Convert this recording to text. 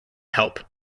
help